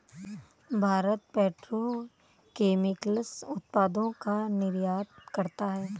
Bharat petro chemicals उत्पादों का निर्यात करता है